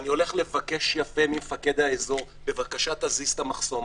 ואני הולך לבקש יפה ממפקד האזור בבקשה תזיז את המחסום,